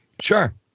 sure